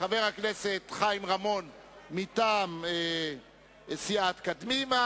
חבר הכנסת חיים רמון מטעם סיעת קדימה